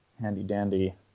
handy-dandy